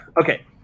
Okay